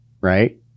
right